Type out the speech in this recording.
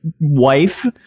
wife